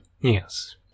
Yes